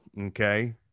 Okay